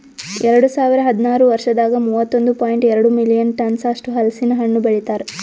ಎರಡು ಸಾವಿರ ಹದಿನಾರು ವರ್ಷದಾಗ್ ಮೂವತ್ತೊಂದು ಪಾಯಿಂಟ್ ಎರಡ್ ಮಿಲಿಯನ್ ಟನ್ಸ್ ಅಷ್ಟು ಹಲಸಿನ ಹಣ್ಣು ಬೆಳಿತಾರ್